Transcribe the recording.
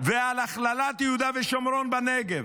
ועל הכללת יהודה ושומרון בנגב,